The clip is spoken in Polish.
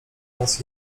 raz